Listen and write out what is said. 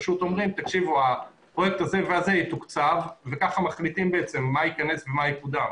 פשוט אומרים שהפרויקט הזה והזה יתוקצב וכך מחליטים מה ייכנס ומה יקודם.